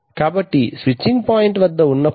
కాబట్టి switching point వద్ద ఉన్నప్పుడు